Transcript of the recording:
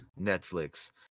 Netflix